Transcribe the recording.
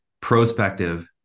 prospective